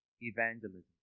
evangelism